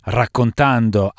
raccontando